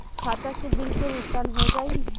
खाता से बिल के भुगतान हो जाई?